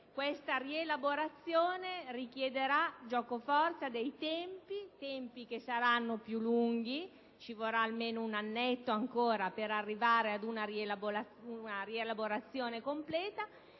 questa rielaborazione richiederà giocoforza dei tempi che saranno più lunghi (ci vorrà almeno un anno ancora per arrivare ad una rielaborazione completa),